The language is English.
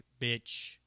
bitch